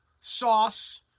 sauce